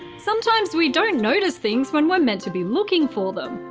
sometimes we don't notice things when we're meant to be looking for them.